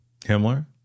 Himmler